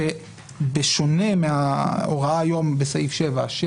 הוא שבשונה מההוראה שקיימת היום בסעיף 7 ש